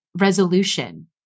resolution